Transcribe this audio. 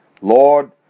Lord